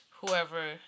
whoever